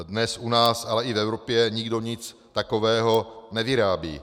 Dnes u nás, ale i v Evropě nikdo nic takového nevyrábí.